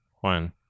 one